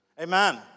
Amen